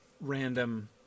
random